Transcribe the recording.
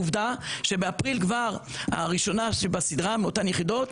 ועובדה שבאפריל, כבר הראשונה שבסדרה מאותן יחידות,